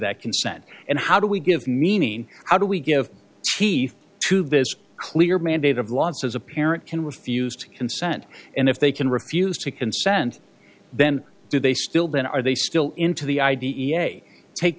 that consent and how do we give meaning how do we give teeth to this clear mandate of wants as a parent can refuse to consent and if they can refuse to consent then do they still then are they still into the i d e a take